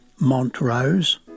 Montrose